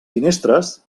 finestres